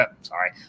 Sorry